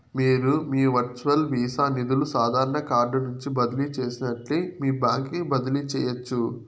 మీరు మీ virtual visa నిదులు సాదారన కార్డు నుంచి బదిలీ చేసినట్లే మీ బాంక్ కి బదిలీ చేయచ్చు